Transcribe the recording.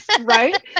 right